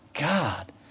God